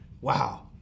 Wow